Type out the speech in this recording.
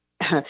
Yes